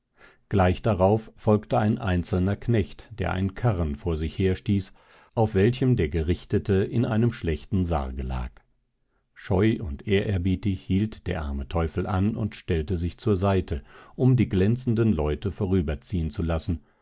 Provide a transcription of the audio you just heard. gleich darauf folgte ein einzelner knecht der einen karren vor sich herstieß auf welchem der gerichtete in einem schlechten sarge lag scheu und ehrerbietig hielt der arme teufel an und stellte sich zur seite um die glänzenden leute vorüberziehen zu lassen